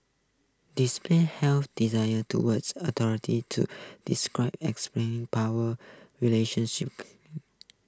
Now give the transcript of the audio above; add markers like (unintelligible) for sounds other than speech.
display healthy designer towards authority to describle (unintelligible) power relations (unintelligible)